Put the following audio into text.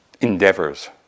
endeavors